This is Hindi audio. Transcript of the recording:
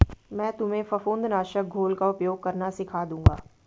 मैं तुम्हें फफूंद नाशक घोल का उपयोग करना सिखा दूंगा